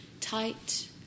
tight